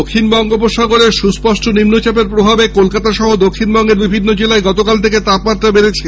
দক্ষিণ বঙ্গোপসাগরে সুষ্পষ্ট নিম্নচাপরে প্রভাবে কলকাতা সহ দক্ষিণবঙ্গের বিভিন্ন জেলায় গতকাল থেকে তাপমাত্রা বেড়েছে